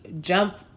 jump